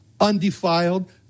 undefiled